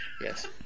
yes